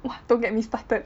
!wah! don't get me started